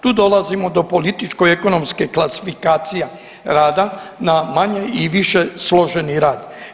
Tu dolazimo do političko-ekonomskih kvalifikacija rada na manjoj i više složeni rad.